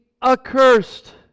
accursed